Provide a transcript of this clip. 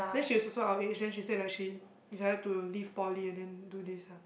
then she is also our age then she say like she decided to leave poly and then do this ah